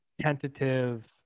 tentative